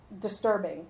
disturbing